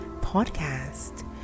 podcast